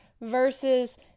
versus